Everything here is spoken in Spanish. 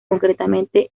concretamente